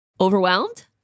Overwhelmed